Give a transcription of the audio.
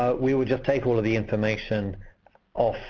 ah we would just take all of the information off